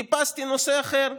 חיפשתי נושא אחר,